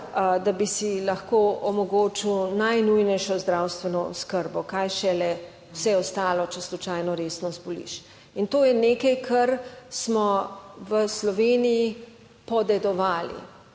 da bi si lahko omogočil najnujnejšo zdravstveno oskrbo, kaj šele vse ostalo, če slučajno resno zboliš. In to je nekaj, kar smo v Sloveniji podedovali